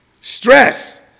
Stress